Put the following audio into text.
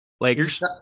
Lakers